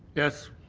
yes.